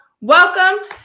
welcome